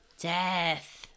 death